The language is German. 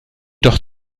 doch